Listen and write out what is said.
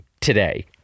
today